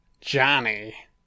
Johnny